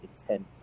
intent